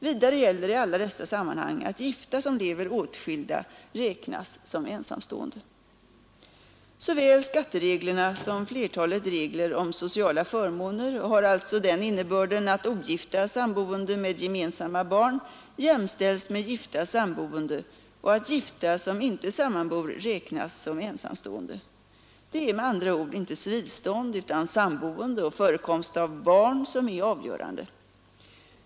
Vidare gäller i alla dessa sammanhang att gifta som lever åtskilda räknas som ensamstående. Såväl skattereglerna som flertalet regler om sociala förmåner har alltså den innebörden att ogifta samboende med gemensamma barn jämställs med gifta samboende och att gifta som inte sammanbor räknas som ensamstående. Det är med andra ord inte civilstånd utan samboende och förekomst av barn som är avgörande.